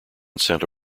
santa